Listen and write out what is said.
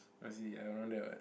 was it around there what